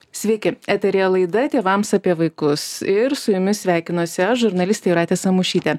sveiki eteryje laida tėvams apie vaikus ir su jumis sveikinuosi aš žurnalistė jūratė samušytė